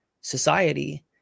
society